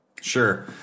Sure